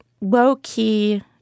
low-key